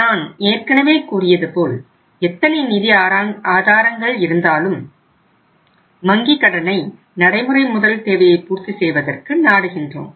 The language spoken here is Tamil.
நான் ஏற்கனவே கூறியது போல் எத்தனை நிதி ஆதாரங்கள் இருந்தாலும் வங்கி கடனை நடைமுறை முதல் தேவையை பூர்த்தி செய்வதற்கு நாடுகின்றோம்